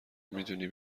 میدونی